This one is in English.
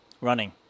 running